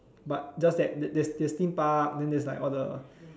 but just that there there there's theme park then there's like all the